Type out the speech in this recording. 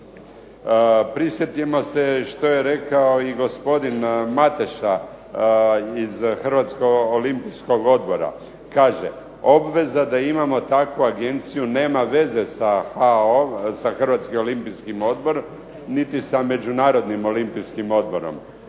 Prisjetimo se što je rekao i gospodin Mateša iz Hrvatskog olimpijskog odbora. Kaže, obveza da imamo takvu agenciju nema veze sa Hrvatskim olimpijskim odborom niti sa Međunarodnim olimpijskim odborom,